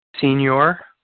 Senior